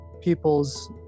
people's